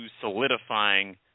Solidifying